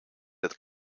het